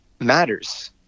matters